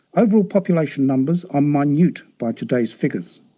overall population numbers are minute by today's figures.